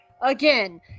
again